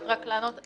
רק לענות,